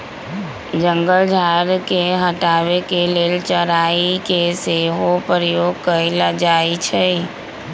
जंगल झार के हटाबे के लेल चराई के सेहो प्रयोग कएल जाइ छइ